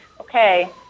okay –